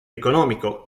economico